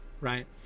right